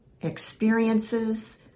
experiences